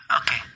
Okay